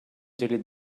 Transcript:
delete